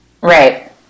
Right